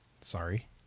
Sorry